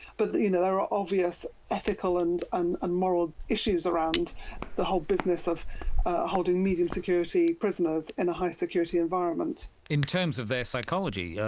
but you know there are obvious ethical and and and moral issues around the whole business of holding medium security prisoners in a high security environment. in terms of their psychology, yeah